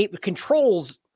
controls